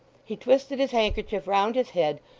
he twisted his handkerchief round his head,